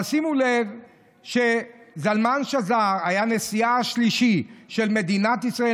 אבל שימו לב שזלמן שזר היה נשיאה השלישי של מדינת ישראל,